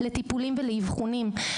לטיפולים באבחונים.